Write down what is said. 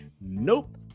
Nope